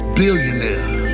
billionaire